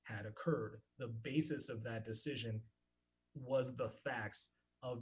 had occurred on the basis of that decision was the facts of